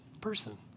person